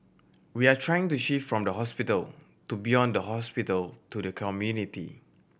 we are trying to shift from the hospital to beyond the hospital to the community